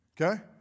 Okay